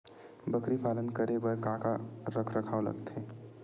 बकरी पालन करे बर काका रख रखाव लगथे?